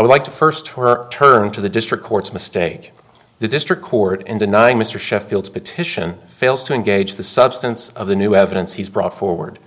would like to first her turn to the district court's mistake the district court in denying mr sheffield's petition fails to engage the substance of the new evidence he's brought forward